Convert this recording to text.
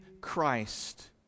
Christ